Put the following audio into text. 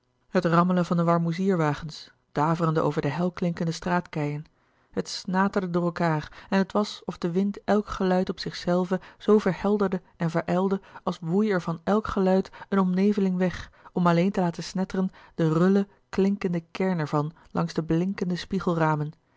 het rammelen van de warmoezierwagens daverende louis couperus de boeken der kleine zielen over de helklinkende straatkeien het snaterde door elkaâr en het was of de wind elk geluid op zichzelve zoo verhelderde en verijlde als woei er van elk geluid een omneveling weg om alleen te laten snetteren de rulle klinkende kern ervan langs de blinkende spiegelramen